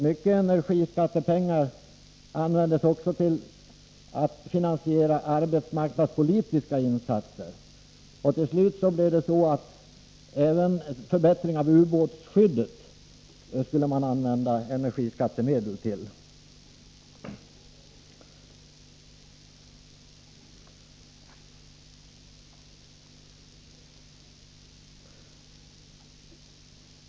Mycket av energiskattepengarna användes också till att finansiera arbetsmarknadspolitiska insatser. Till slut blev det så att energiskattemedel även skulle användas till förbättringen av ubåtsskyddet.